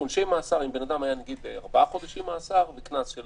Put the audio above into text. שעונשי מאסר אם בן אדם נניח מקבל 4 חודשים מאסר וקנס של